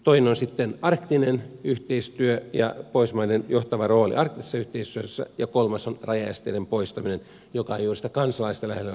toinen on arktinen yhteistyö ja pohjoismaiden johtava rooli arktisessa yhteistyössä ja kolmas on rajaesteiden poistaminen joka on juuri sitä kansalaista lähellä olevaa toimintaa